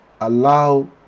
allow